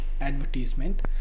advertisement